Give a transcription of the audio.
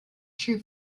true